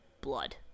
blood